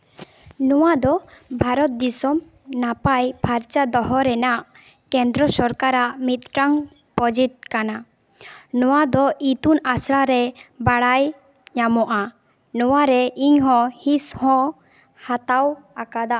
ᱱᱚᱣᱟ ᱫᱚ ᱵᱷᱟᱨᱚᱛ ᱫᱤᱥᱚᱢ ᱱᱟᱯᱟᱭ ᱯᱷᱟᱨᱪᱟ ᱫᱚᱦᱚ ᱨᱮᱱᱟᱜ ᱠᱮᱱᱫᱨᱚ ᱥᱚᱨᱠᱟᱨᱟᱜ ᱢᱤᱫᱴᱟᱝ ᱯᱨᱚᱡᱮᱠᱴ ᱠᱟᱱᱟ ᱱᱚᱣᱟ ᱫᱚ ᱤᱛᱩᱱ ᱟᱥᱲᱟ ᱨᱮ ᱵᱟᱲᱟᱭ ᱧᱟᱢᱚᱜᱼᱟ ᱱᱚᱣᱟᱨᱮ ᱤᱧ ᱦᱚᱸ ᱦᱤᱸᱥ ᱦᱚᱸ ᱦᱟᱛᱟᱣ ᱟᱠᱟᱫᱟ